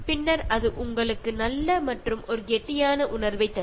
பின்னர் அது உங்களுக்கு ஒரு நல்ல மற்றும் கெட்டியான உணர்வைத் தரும்